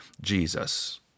Jesus